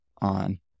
on